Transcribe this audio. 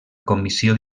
comissió